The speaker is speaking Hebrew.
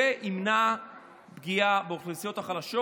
וימנע פגיעה באוכלוסיות החלשות,